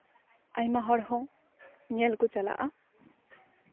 ᱟᱭᱢᱟ ᱦᱚᱲ ᱦᱚᱸ ᱧᱮᱞ ᱠᱚ ᱪᱟᱞᱟᱜᱼᱟ